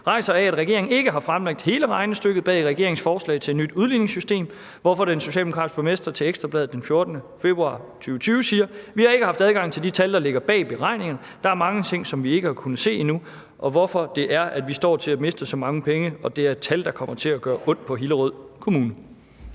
rejser af, at regeringen ikke har fremlagt hele regnestykket bag regeringens forslag til et nyt udligningssystem, hvorfor den socialdemokratiske borgmester til Ekstra Bladet den 14. februar 2020 siger: »Vi har ikke haft adgang til de tal, der ligger bag udregningerne. Der er mange ting, som vi ikke har kunnet se endnu, og hvorfor det er, at vi står til at miste så mange penge«, og »det er et tal, der kommer til at gøre ondt på Hillerød Kommune«?